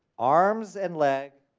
arms and leg,